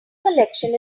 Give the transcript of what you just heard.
collection